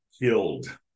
killed